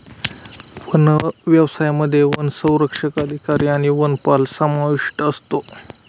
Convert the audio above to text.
one व्यवसायामध्ये वनसंरक्षक अधिकारी आणि वनपाल समाविष्ट असतो